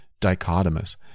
dichotomous